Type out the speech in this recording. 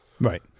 right